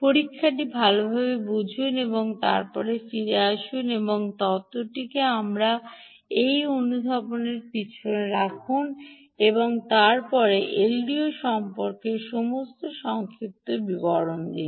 পরীক্ষাটি ভালভাবে বুঝুন এবং তারপরে ফিরে আসুন এবং তত্ত্বটিকে আমাদের সেই অনুধাবনের পিছনে রাখুন এবং তারপরে এলডিও সম্পর্কে সমস্ত সংক্ষিপ্ত বিবরণ দিন